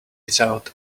without